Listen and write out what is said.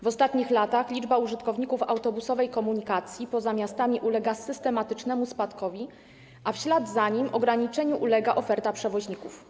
W ostatnich latach liczba użytkowników autobusowej komunikacji poza miastami ulega systematycznemu spadkowi, a w ślad za nim ograniczeniu ulega oferta przewoźników.